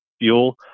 fuel